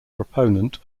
proponent